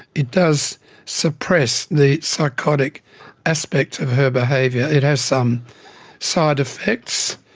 it does suppress the psychotic aspects of her behaviour. it has some side-effects.